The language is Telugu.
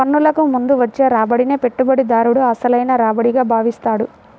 పన్నులకు ముందు వచ్చే రాబడినే పెట్టుబడిదారుడు అసలైన రాబడిగా భావిస్తాడు